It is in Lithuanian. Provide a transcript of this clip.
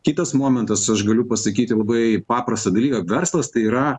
kitas momentas aš galiu pasakyti labai paprastą dalyką verslas tai yra